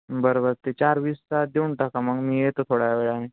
बरं बरं ते चार वीसचा देऊन टाका मग मी येतो थोड्या वेळाने